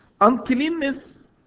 Uncleanness